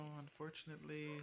unfortunately